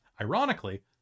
Ironically